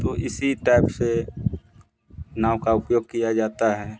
तो इसी टाइप से नाव का उपयोग किया जाता है